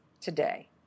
today